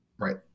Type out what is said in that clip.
right